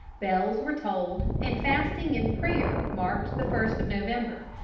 bells were tolled, and fasting and prayer marked the first of november,